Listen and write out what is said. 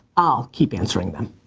i'll keep answering them.